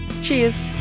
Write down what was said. cheers